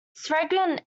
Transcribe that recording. sergeant